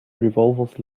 revolvers